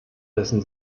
dessen